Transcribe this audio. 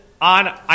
on